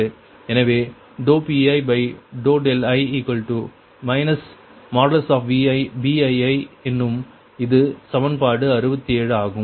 எனவே Pii ViBii என்னும் இது சமன்பாடு 67 ஆகும்